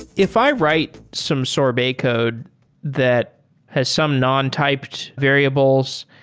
if i write some sorbet code that has some non-typed variables,